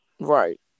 Right